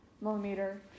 millimeter